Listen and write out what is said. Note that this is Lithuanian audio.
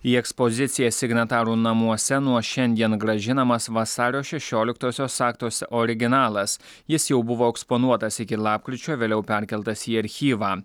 į ekspoziciją signatarų namuose nuo šiandien grąžinamas vasario šešioliktosios akto s originalas jis jau buvo eksponuotas iki lapkričio vėliau perkeltas į archyvą